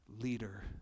leader